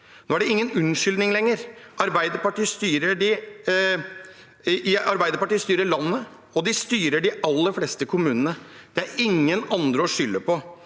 Nå er det ingen unnskyldninger lenger. Arbeiderpartiet styrer landet, og de styrer de aller fleste kommunene. Det er ingen andre å skylde på.